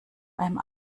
beim